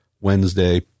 Wednesday